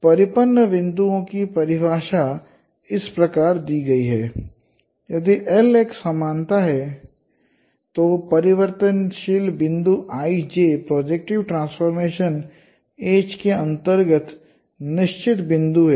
तो परिपत्र बिंदुओं की परिभाषा इस प्रकार दी गई है "यदि I एक समानता है तो परिवर्तनशील बिंदु I J projective transformation H के अंतर्गत निश्चित बिंदु हैं